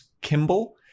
Kimball